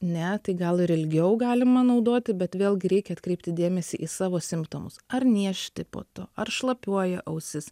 ne tai gal ir ilgiau galima naudoti bet vėlgi reikia atkreipti dėmesį į savo simptomus ar niežti po to ar šlapiuoja ausis